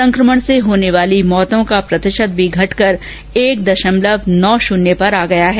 संक्रमण से होने वाली मौतों का प्रतिशत भी घटकर एक दशमलव नौ शून्य पर आ गया है